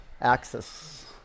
axis